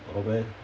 oh man